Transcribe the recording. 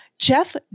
Jeff